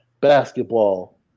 basketball